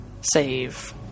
save